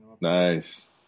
Nice